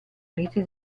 uniti